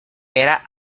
era